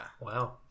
Wow